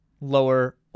lower